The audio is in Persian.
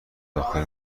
داخل